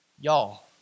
Y'all